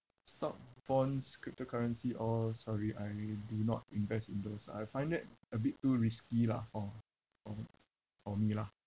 stock bonds cryptocurrency all sorry I do not invest in those I find that a bit too risky lah for for me for me lah